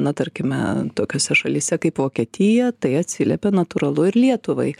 na tarkime tokiose šalyse kaip vokietija tai atsiliepė natūralu ir lietuvai